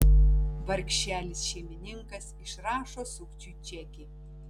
vargšelis šeimininkas išrašo sukčiui čekį